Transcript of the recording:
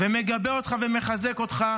מגבה אותך ומחזק אותך,